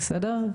בסדר?